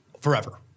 forever